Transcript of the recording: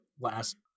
last